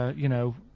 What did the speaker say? you know,